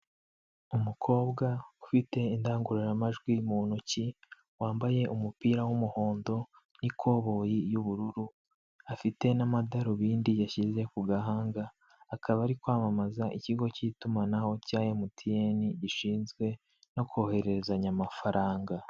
Umukobwa ufite indangururamajwi mu ntoki wambaye umupira w'umuhondo n'ikoboyi y'ubururu afite n'amadarubindi yashyize ku gahanga akaba ari kwamamaza ikigo cy'itumanaho cya mtn gishinzwe no kohererezanya amafaranga.